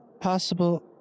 possible